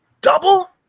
Double